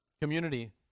Community